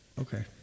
okay